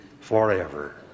forever